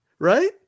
Right